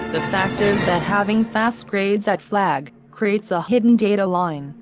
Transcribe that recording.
the fact is that having fast grades at flag, creates a hidden data line,